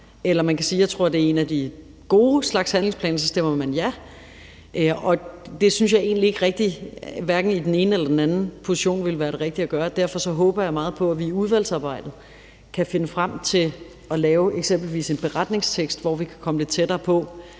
sige, at man tror, at det er en af den gode slags handlingsplaner, og så stemmer man ja. Jeg tror egentlig ikke, at hverken det ene eller det andet vil være det rigtige at gøre, så derfor håber jeg meget på, at vi i udvalgsarbejdet kan finde frem til at lave eksempelvis en beretningstekst, hvor vi kan komme lidt tættere på,